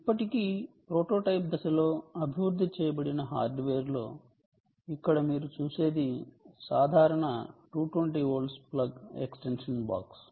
ఇప్పటికీ ప్రోటోటైప్ దశలో అభివృద్ధి చేయబడిన హార్డ్వేర్లో ఇక్కడ మీరు చూసేది సాధారణ 220 వోల్ట్ ప్లగ్ ఎక్స్టెన్షన్ బాక్స్